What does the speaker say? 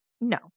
No